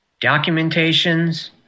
documentations